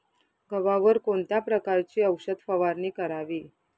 गव्हावर कोणत्या प्रकारची औषध फवारणी करावी?